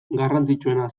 garrantzitsuena